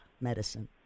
medicine